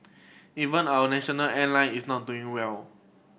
even our national airline is not doing well